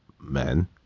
men